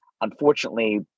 unfortunately